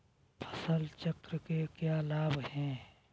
फसल चक्र के क्या लाभ हैं?